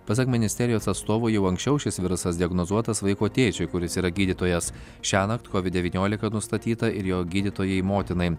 pasak ministerijos atstovo jau anksčiau šis virusas diagnozuotas vaiko tėčiui kuris yra gydytojas šiąnakt kovid devyniolika nustatyta ir jo gydytojai motinai